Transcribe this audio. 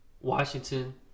Washington